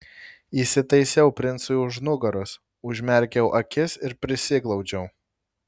įsitaisiau princui už nugaros užmerkiau akis ir prisiglaudžiau